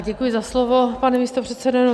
Děkuji za slovo, pane místopředsedo.